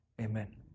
amen